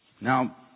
Now